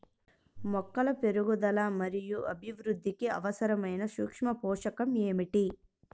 మొక్కల పెరుగుదల మరియు అభివృద్ధికి అవసరమైన సూక్ష్మ పోషకం ఏమిటి?